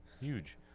Huge